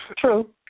True